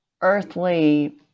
earthly